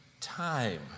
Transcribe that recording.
time